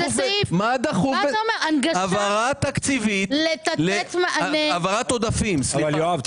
העברת עודפים --- יואב,